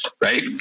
Right